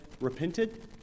repented